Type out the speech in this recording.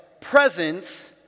presence